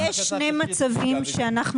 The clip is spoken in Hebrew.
יש שני מקרים שאנחנו